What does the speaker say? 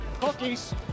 Cookies